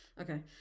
Okay